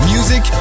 Music